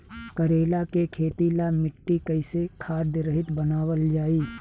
करेला के खेती ला मिट्टी कइसे खाद्य रहित बनावल जाई?